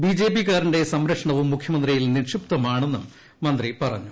ബിജെപിക്കാരന്റെ സംരക്ഷണവും മുഖ്യമന്ത്രിയിൽ നിക്ഷിപ്തമാണെന്നും മന്ത്രി പറഞ്ഞു